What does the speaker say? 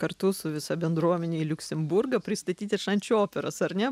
kartu su visa bendruomene į liuksemburgą pristatyti šančių operos ar ne